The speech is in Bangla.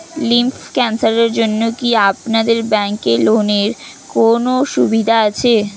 লিম্ফ ক্যানসারের জন্য কি আপনাদের ব্যঙ্কে লোনের কোনও সুবিধা আছে?